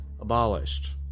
abolished